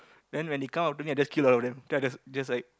then when they come after me I just kill all of them then I just just like